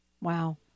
wow